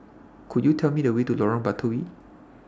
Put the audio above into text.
Could YOU Tell Me The Way to Lorong Batawi